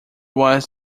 was